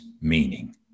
meaning